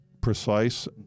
precise